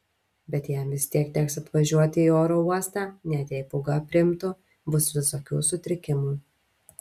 bet jam vis tiek teks atvažiuoti į oro uostą net jei pūga aprimtų bus visokių sutrikimų